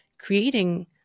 creating